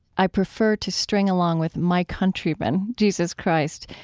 i prefer to string along with my countryman, jesus christ,